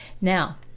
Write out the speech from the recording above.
Now